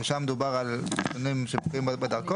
שם דובר על נתונים שנמצאים בדרכון.